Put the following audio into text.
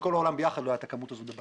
בכל העולם ביחד לא הייתה כמות כזאת.